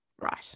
Right